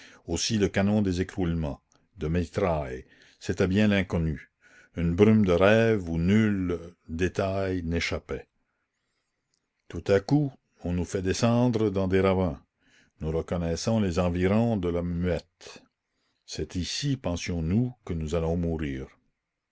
aussi le canon des écroulements de mitraille c'était bien l'inconnu une brume de rêve où nul détail n'échappait tout à coup on nous fait descendre dans des ravins nous reconnaissons les environs de la muette c'est ici pensions-nous que nous allons mourir